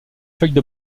feuille